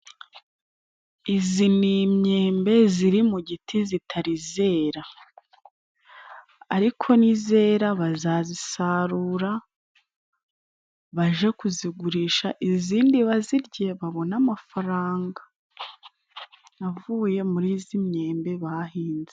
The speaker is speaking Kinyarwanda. Izi ni imyembe ziri mu giti zitari zera. Ariko nizera bazazisarura, baje kuzigurisha, izindi bazirye, babona amafaranga, avuye muri izi myembe bahinze.